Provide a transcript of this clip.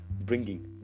bringing